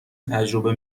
تجربه